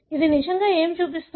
ఇది నిజంగా ఏమి చూపిస్తుంది